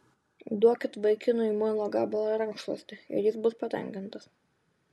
duokit vaikinui muilo gabalą ir rankšluostį ir jis bus patenkintas